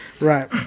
right